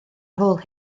hôl